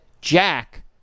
Jack